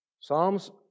Psalms